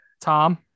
Tom